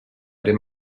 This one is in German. dem